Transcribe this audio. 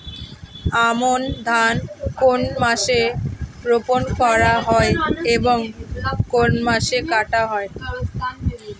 আমন ধান কোন মাসে রোপণ করা হয় এবং কোন মাসে কাটা হয়?